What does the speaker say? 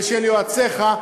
ושל יועצך.